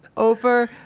over,